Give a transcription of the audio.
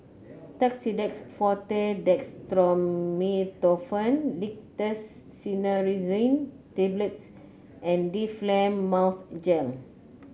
Tussidex Forte Dextromethorphan Linctus Cinnarizine Tablets and Difflam Mouth Gel